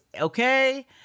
okay